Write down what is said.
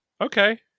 okay